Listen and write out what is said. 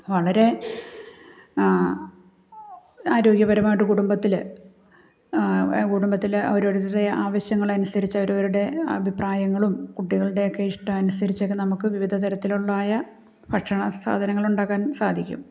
വളരെ ആരോഗ്യപരമായിട്ട് കുടുംബത്തിൽ കുടുംബത്തിൽ അവരോരുടെ ആവശ്യങ്ങളനുസരിച്ച് അവരവരുടെ അഭിപ്രായങ്ങളും കുട്ടികളുടെ ഒക്കെ ഇഷ്ടമനുസരിച്ചൊക്കെ നമുക്ക് വിവിധതരത്തിലുള്ളതായ ഭക്ഷണസാധനങ്ങളുണ്ടാക്കാൻ സാധിക്കും